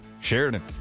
Sheridan